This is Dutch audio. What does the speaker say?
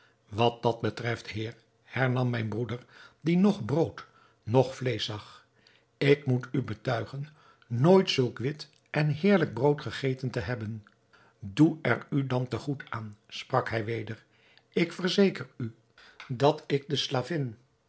wat dat betreft heer hernam mijn broeder die noch brood noch vleesch zag ik moet u betuigen nooit zulk wit en heerlijk brood gegeten te hebben doe er u dan te goed aan sprak hij weder ik verzeker u dat ik de slavin